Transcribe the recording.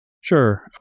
Sure